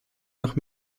noch